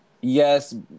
Yes